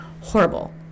Horrible